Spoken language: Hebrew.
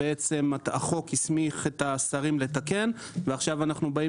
החוק הסמיך את השרים לתקן ועכשיו אנחנו באים